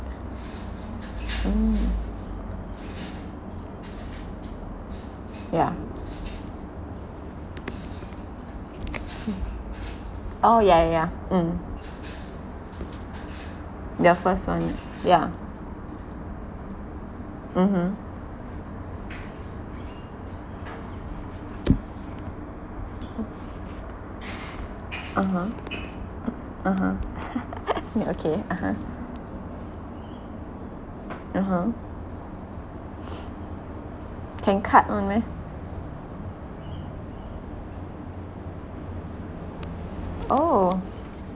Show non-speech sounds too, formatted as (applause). mm yeah oh ya ya ya mm the first one yeah mmhmm (uh huh) (uh huh) (laughs) yeah okay (uh huh) (uh huh) (noise) can cut [one] meh oh